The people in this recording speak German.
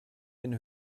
den